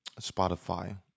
Spotify